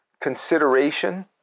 consideration